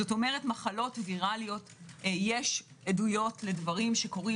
כלומר מחלות ויראליות יש עדויות לדברים שקורים